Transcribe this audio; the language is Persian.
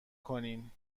کنین